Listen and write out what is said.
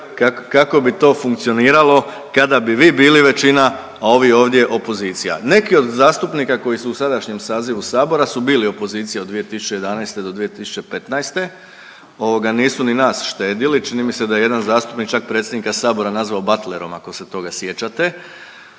kako bi to funkcioniralo kada bi vi bili većina, a ovi ovdje opozicija. Neki od zastupnika koji su u sadašnjem sazivu Sabora su bili opozicija od 2011. do 2015. Nisu ni nas štedili. Čini mi se da je jedan zastupnik čak predsjednika Sabora nazvao batlerom ako se toga sjećate,